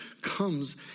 comes